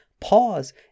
pause